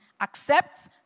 Accept